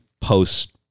post